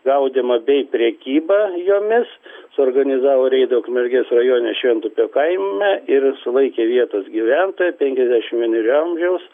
gaudymą bei prekybą jomis suorganizavo reidą ukmergės rajone šventupio kaime ir sulaikė vietos gyventoją penkiasdešim vienerių amžiaus